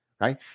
right